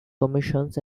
commissions